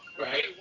right